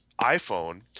iPhone